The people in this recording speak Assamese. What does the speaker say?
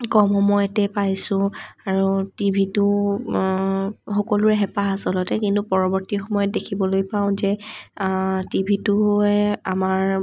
কম সময়তে পাইছোঁ আৰু টিভিটো সকলোৰে হেঁপাহ আচলতে কিন্তু পৰৱৰ্তী সময়ত দেখিবলৈ পাওঁ যে টিভিটোৱে আমাৰ